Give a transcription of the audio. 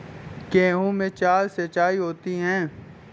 गेहूं में चार सिचाई होती हैं